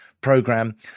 program